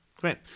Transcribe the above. great